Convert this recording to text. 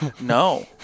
No